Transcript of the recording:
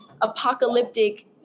apocalyptic